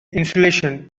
insulation